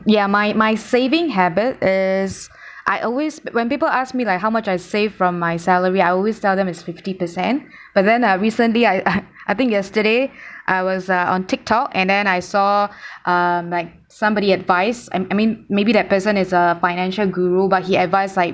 ya my my saving habit is I always when people ask me like how much I save from my salary I always tell them it's fifty percent but then ah recently I I think yesterday I was uh on TikTok and then I saw um like somebody advised and I mean maybe that person is a financial guru but he advised like